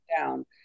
down